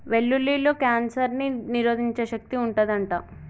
వెల్లుల్లిలో కాన్సర్ ని నిరోధించే శక్తి వుంటది అంట